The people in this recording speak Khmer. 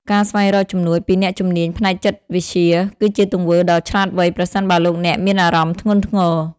ការស្វែងរកជំនួយពីអ្នកជំនាញផ្នែកចិត្តវិទ្យា គឺជាទង្វើដ៏ឆ្លាតវៃប្រសិនបើលោកអ្នកមានអារម្មណ៍ធ្ងន់ធ្ងរ។